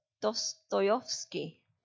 Dostoyevsky